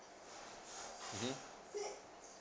mmhmm